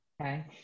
Okay